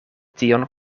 tion